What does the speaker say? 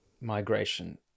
migration